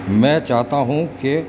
میں چاہتا ہوں کہ